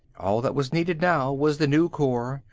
all that was needed now was the new core,